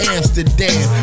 Amsterdam